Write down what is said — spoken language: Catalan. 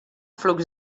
flux